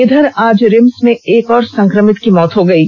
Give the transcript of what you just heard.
इधर आज रिम्स में एक और संक्रमित की मौत हो गयी